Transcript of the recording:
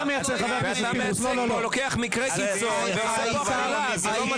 אתה לוקח מקרה חיצון ועושה הכללה, זה לא מתאים לך.